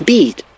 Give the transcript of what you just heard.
Beat